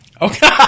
Okay